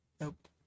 Nope